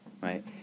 right